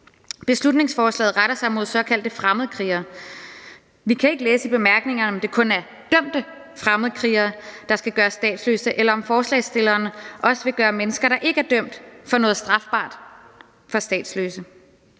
Beslutningsforslaget retter sig mod såkaldte fremmedkrigere. Vi kan ikke læse i bemærkningerne, om det kun er dømte fremmedkrigere, der skal gøres statsløse, eller om forslagsstillerne også vil gøre mennesker, der ikke er dømt for noget strafbart, statsløse